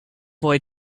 boy